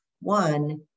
one